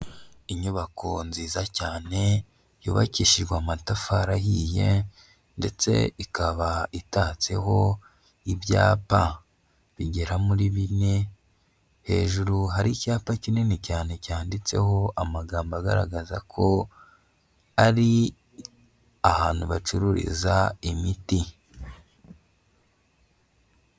Inyubako nziza cyane yubakishijwe amatafari ahiye ndetse ikaba itatseho ibyapa bigera muri bine, hejuru hari icyapa kinini cyane cyanditseho amagambo agaragaza ko ari ahantu bacururiza imiti.